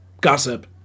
gossip